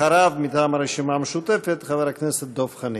אחריו, מטעם הרשימה המשותפת, חבר הכנסת דב חנין.